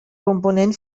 component